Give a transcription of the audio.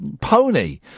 pony